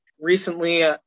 Recently